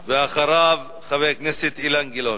ואחריו, חבר הכנסת אילן גילאון.